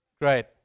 Great